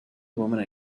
woman